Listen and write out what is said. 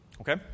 Okay